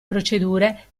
procedure